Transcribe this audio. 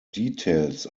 details